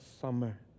summer